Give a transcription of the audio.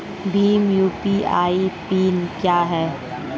Bhim UPI PIN क्या है?